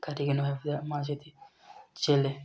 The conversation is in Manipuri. ꯀꯔꯤꯒꯤꯅꯣ ꯍꯥꯏꯕꯗ ꯃꯥꯁꯤꯗꯤ ꯆꯦꯜꯂꯦ